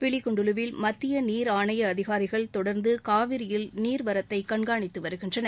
பிலிகுண்டுலுவில் மத்திய நீர் ஆணைய அதிகாரிகள் தொடர்ந்து காவிரியில் நீர்வரத்தை கண்காணித்து வருகின்றனர்